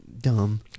dumb